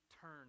turn